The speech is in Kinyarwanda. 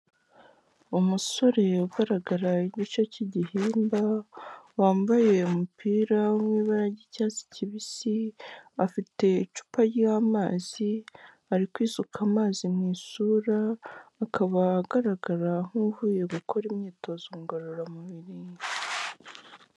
Umusore ugaragara igice cy'igihimba, wambaye umupira uri mu ibara ry'icyatsi kibisi, afite icupa ry'amazi, ari kwisuka amazi mu isura, akaba agaragara nk'uvuye gukora imyitozo ngororamubiri.